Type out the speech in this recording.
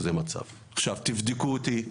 תבדקו אותי.